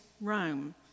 Rome